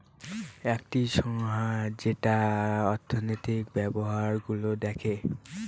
একটি সংস্থা যেটা অর্থনৈতিক ব্যবস্থা গুলো দেখে